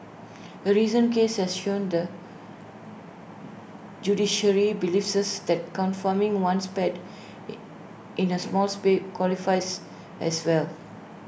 A recent case has shown the judiciary believes that confining one's pet in A small place qualifies as well